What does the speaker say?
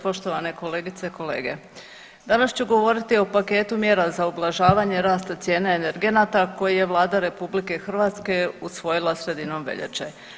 Poštovane kolegice i kolege, danas ću govoriti o paketu mjera za ublažavanje rasta cijena energenata koji je Vlada RH usvojila sredinom veljače.